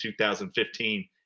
2015